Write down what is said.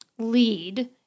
lead